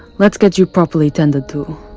let's get you properly tended to.